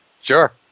Sure